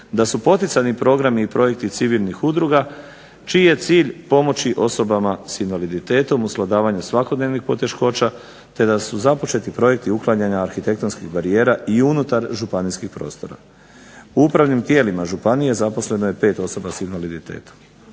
da su poticani programi i projekti civilnih udruga čiji je cilj pomoći osobama s invaliditetom, uskladavanje svakodnevnih poteškoća te da su započeti projekti uklanjanja arhitektonskih barijera i unutar županijskih prostora. U upravnim tijelima županije zaposleno je 5 osoba s invaliditetom.